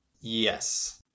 Yes